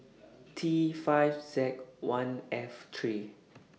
T five Z one F three